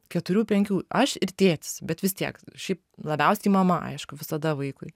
keturių penkių aš ir tėtis bet vis tiek šiaip labiausiai mama aišku visada vaikui